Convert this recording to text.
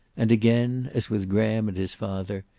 and again, as with graham and his father,